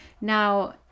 Now